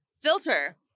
Filter